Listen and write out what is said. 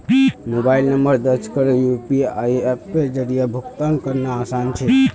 mobile number दर्ज करे UPI अप्पेर जरिया भुगतान करना आसान छे